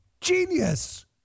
Genius